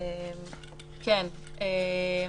בעצם,